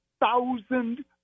thousand